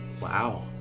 Wow